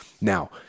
Now